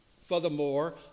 furthermore